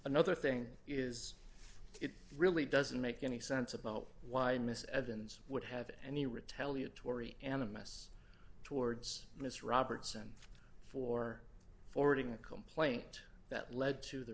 another thing is it really doesn't make any sense about why miss evans would have any retaliatory animists towards miss robertson for forwarding a complaint that led to the